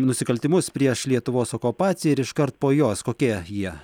nusikaltimus prieš lietuvos okupaciją ir iškart po jos kokie jie